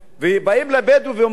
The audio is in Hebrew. ובאים לבדואי ואומרים לו,